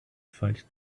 fight